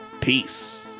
Peace